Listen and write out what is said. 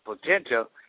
potential